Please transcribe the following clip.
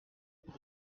pour